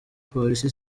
polisi